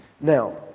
Now